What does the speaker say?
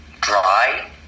dry